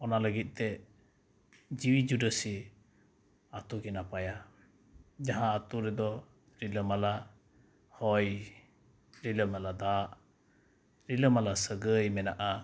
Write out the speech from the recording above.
ᱚᱱᱟ ᱞᱟᱹᱜᱤᱫᱛᱮ ᱡᱤᱣᱤᱼᱡᱩᱰᱟᱹᱥᱤ ᱟᱛᱳᱜᱮ ᱱᱟᱯᱟᱭᱟ ᱡᱟᱦᱟᱸ ᱟᱛᱳ ᱨᱮᱫᱚ ᱨᱤᱞᱟᱹᱢᱟᱞᱟ ᱦᱚᱭ ᱨᱤᱞᱟᱹᱢᱟᱞᱟ ᱫᱟᱜ ᱨᱤᱞᱟᱹᱢᱟᱞᱟ ᱥᱟᱹᱜᱟᱹᱭ ᱢᱮᱱᱟᱜᱼᱟ